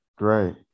Right